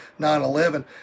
9-11